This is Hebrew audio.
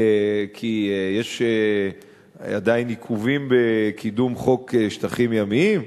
כי יש עדיין עיכובים בקידום חוק אזורים ימיים?